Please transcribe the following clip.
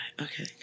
Okay